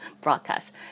broadcast